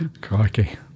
crikey